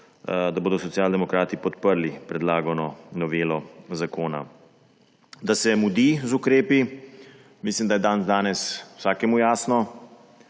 da bodo Socialdemokrati podprli predlagano novelo zakona. Da se mudi z ukrepi, mislim, da je dandanes vsakemu jasno,